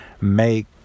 make